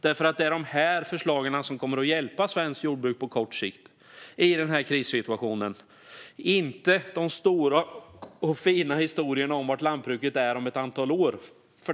Det är nämligen dessa förslag som kommer att hjälpa svenskt jordbruk på kort sikt i den här krissituationen, inte de stora och fina historierna om var lantbruket är om ett antal år.